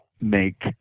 make